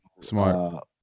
smart